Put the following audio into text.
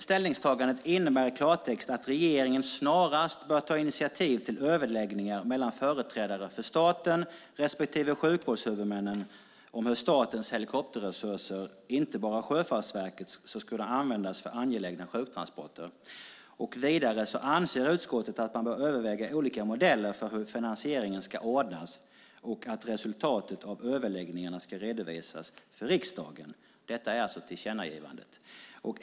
Ställningstagandet innebär i klartext att regeringen snarast bör ta initiativ till överläggningar mellan företrädare för staten respektive sjukvårdshuvudmännen om hur statens helikopterresurser, inte bara Sjöfartsverkets, ska kunna användas för angelägna sjuktransporter. Vidare anser utskottet att man bör överväga olika modeller för hur finansieringen ska ordnas och att resultatet av överläggningarna ska redovisas för riksdagen. Detta är alltså tillkännagivandet.